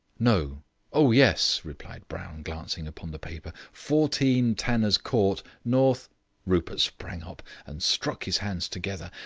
no oh, yes! replied brown, glancing upon the paper fourteen tanner's court, north rupert sprang up and struck his hands together.